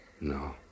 No